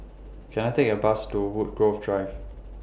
Can I Take A Bus to Woodgrove Drive